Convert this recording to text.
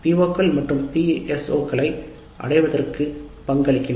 PO கள் மற்றும் PSO களை அடைவதற்கு இது பங்களிக்கும்